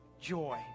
joy